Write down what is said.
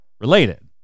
related